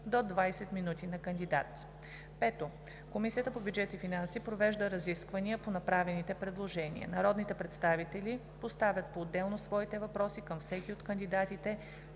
до 20 минути на кандидат. 5. Комисията по бюджет и финанси провежда разисквания по направените предложения. Народните представители поставят поотделно своите въпроси към всеки от кандидатите